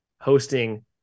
hosting